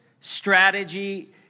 strategy